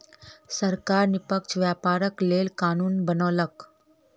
सरकार निष्पक्ष व्यापारक लेल कानून बनौलक